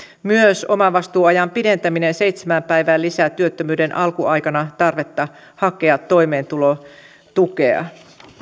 myös omavastuuajan pidentäminen seitsemään päivään lisää työttömyyden alkuaikana tarvetta hakea toimeentulotukea